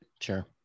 Sure